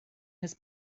his